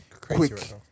quick